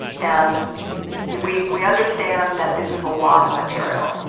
and we we understand that this is a lot of material.